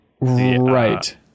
Right